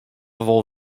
wol